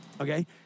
okay